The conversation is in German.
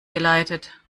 geleitet